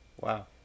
Wow